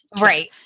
Right